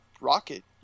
rocket